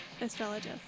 Astrologist